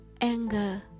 Anger